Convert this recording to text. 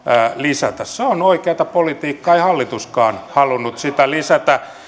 lisätä se on oikeata politiikkaa ei hallituskaan halunnut sitä lisätä